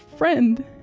friend